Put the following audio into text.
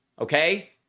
okay